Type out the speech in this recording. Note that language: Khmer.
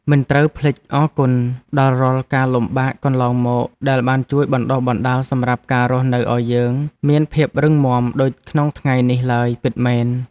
មិនត្រូវភ្លេចអរគុណដល់រាល់ការលំបាកកន្លងមកដែលបានជួយបណ្តុះបណ្តាលសម្រាប់ការរស់នៅឱ្យយើងមានភាពរឹងមាំដូចក្នុងថ្ងៃនេះឡើយពិតមែន។